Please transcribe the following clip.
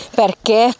perché